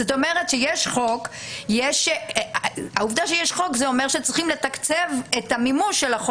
אם יש חוק אז צריך גם לתקצב את מימושו,